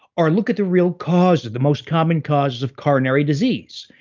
are look at the real causes, the most common causes of coronary disease.